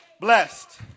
blessed